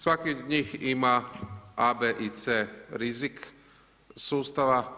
Svaki od njih ima A, B i C rizik sustava.